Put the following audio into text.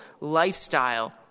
lifestyle